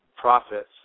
profits